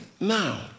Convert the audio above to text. Now